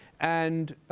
and